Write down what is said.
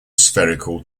spherical